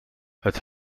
het